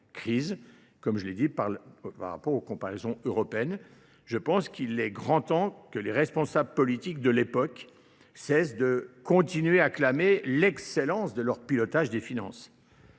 crise, comme je l'ai dit par rapport aux comparaisons européennes. Je pense qu'il est grand temps que les responsables politiques de l'époque cessent de continuer à clamer l'excellence de leur pilotage des finances.